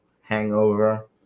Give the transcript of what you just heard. hangover